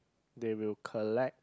they will collect